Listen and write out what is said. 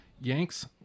Yanks